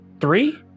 three